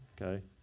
Okay